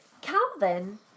Calvin